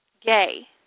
gay